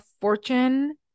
fortune